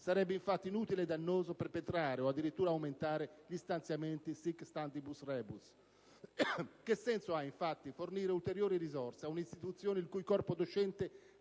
Sarebbe infatti inutile e dannoso perpetrare o addirittura aumentare gli stanziamenti *sic stantibus rebus*. Che senso ha, infatti, fornire ulteriori risorse ad un'istituzione il cui corpo docente